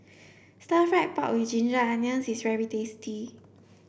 stir fried pork with ginger onions is very tasty